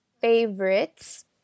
favorites